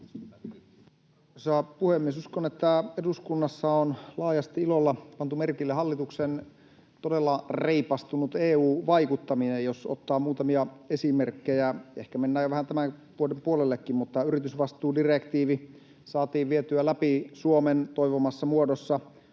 puhemies! Uskon, että eduskunnassa on laajasti ilolla pantu merkille hallituksen todella reipastunut EU-vaikuttaminen. Jos ottaa muutamia esimerkkejä — ehkä mennään jo vähän tämän vuoden puolellekin — yritysvastuudirektiivi saatiin vietyä läpi Suomen toivomassa muodossa,